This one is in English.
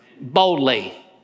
Boldly